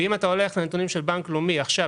אם אתה הולך לנתונים של הבנק הלאומי עכשיו,